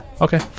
okay